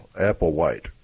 Applewhite